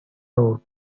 road